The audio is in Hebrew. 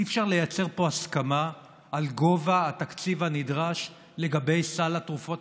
אי-אפשר לייצר פה הסכמה על גובה התקציב הנדרש לגבי סל התרופות